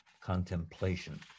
contemplation